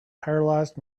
paralysed